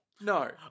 no